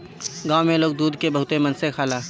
गाँव में लोग दूध के बहुते मन से खाला